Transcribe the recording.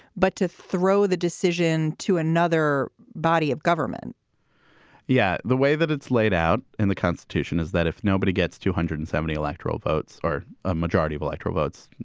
but to throw the decision to another body of government yeah, the way that it's laid out in the constitution is that if nobody gets two hundred and seventy electoral votes or a majority of electoral votes,